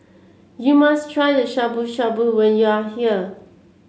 you must try the Shabu Shabu when you are here